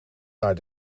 naar